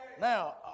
Now